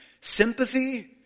Sympathy